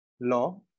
law